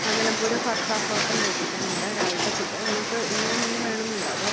ആ നെലമ്പൂർ ഫർത്താ ഹോട്ടലിൽ ഏൽപ്പിക്കാം നിങ്ങളുടെ രാവിലത്തെ ഫുഡ്ഡ് നിങ്ങൾക്ക് ഇനിന്തേലും വേണമെന്നുണ്ടോ അതോ